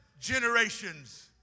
generations